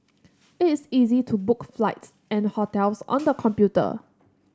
it is easy to book flights and hotels on the computer